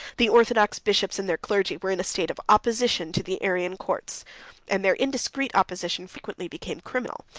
the orthodox bishops and their clergy were in a state of opposition to the arian courts and their indiscreet opposition frequently became criminal,